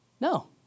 No